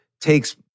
takes